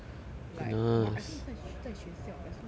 like but I think is 在在学校 eh so weird eh